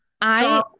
I-